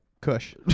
Kush